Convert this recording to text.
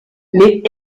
les